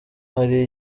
hari